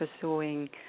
pursuing